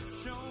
Show